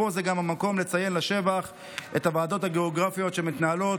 ופה זה גם המקום לציין לשבח את הוועדות הגיאוגרפיות שמתנהלות